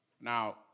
Now